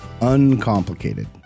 uncomplicated